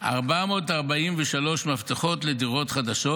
443 מפתחות לדירות חדשות,